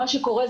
מה שקורה,